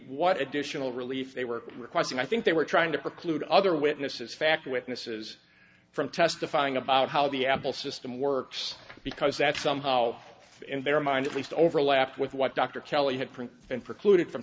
what additional relief they were requesting i think they were trying to preclude other witnesses fact witnesses from testifying about how the apple system works because that's somehow in their mind at least overlapped with what dr kelly had print and precluded from